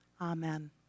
amen